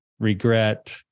regret